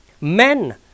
Men